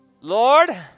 Lord